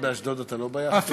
באשדוד אתה לא ביאכטה?